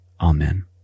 Amen